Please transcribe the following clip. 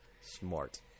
Smart